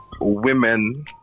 women